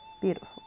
Beautiful